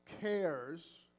cares